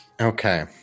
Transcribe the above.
okay